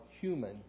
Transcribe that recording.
human